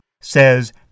says